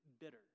bitter